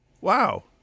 wow